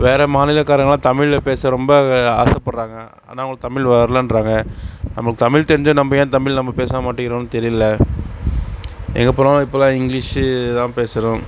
வேற மாநிலக்காரங்களாம் தமிழில் பேச ரொம்ப ஆசை படுறாங்க ஆனால் அவங்களுக்கு தமிழ் வரலன்றாங்க நமக்கு தமிழ் தெரிஞ்ச நம்ம ஏன் தமிழ் நம்ம பேச மாட்டேங்கிறோம் தெரியல எங்கே போனாலும் இப்போலாம் இங்கிலீஷு தான் பேசுகிறோம்